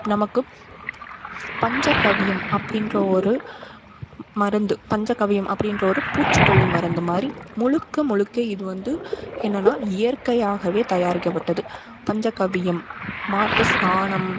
நமக்கு பஞ்சக்கவ்யம் அப்படிகிற ஒரு மருந்து பஞ்சக்கவ்யம் அப்படிகிற ஒரு பூச்சிக்கொல்லி மருந்து மாதிரி முழுக்க முழுக்க இது வந்து என்னென்னா இயற்கையாகவே தயாரிக்கப்பட்டது பஞ்சக்கவ்யம் மாட்டுசாணம்